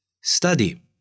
study